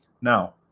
Now